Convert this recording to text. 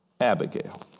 Abigail